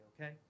okay